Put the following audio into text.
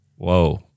Whoa